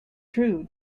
true